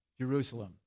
Jerusalem